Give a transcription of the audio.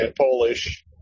Polish